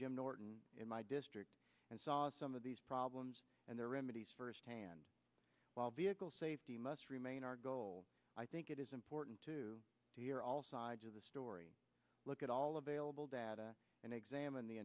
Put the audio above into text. im norton in my district and saw some of these problems and their remedies firsthand while vehicle safety must remain our goal i think it is important to hear all sides of the story look at all available data and examine the